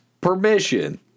permission